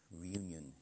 reunion